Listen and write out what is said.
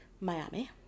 Miami